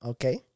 Okay